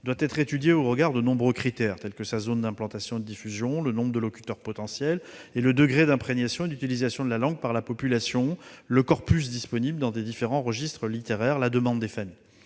doit être étudiée au regard de nombreux critères, tels que sa zone d'implantation et de diffusion, le nombre de locuteurs potentiels et le degré d'imprégnation et d'utilisation de la langue par la population, le corpus disponible dans les différents registres littéraires ou encore la demande des familles.